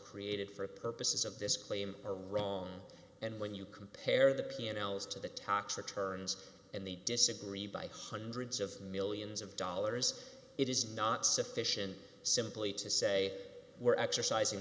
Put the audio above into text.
created for purposes of this claim are wrong and when you compare the p n l's to the toxic turns and they disagree by hundreds of millions of dollars it is not sufficient simply to say we're exercising